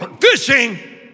fishing